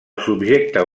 subjecte